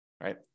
right